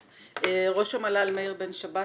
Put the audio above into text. ראש המל"ל מאיר בן שבת,